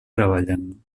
treballen